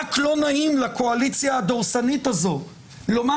רק לא נעים לקואליציה הדורסנית הזאת לומר